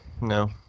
no